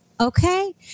Okay